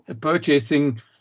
purchasing